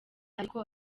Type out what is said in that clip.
ariko